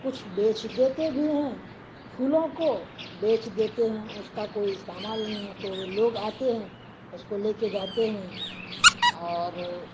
کھچ بیچ دیتے بھی ہیں پھولوں کو بیچ دیتے ہیں اس کا کوئی استعمال نہیں ہے تو لوگ آتے ہیں اس کو لے کے جاتے ہیں اور